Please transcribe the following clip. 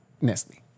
Nestle